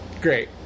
Great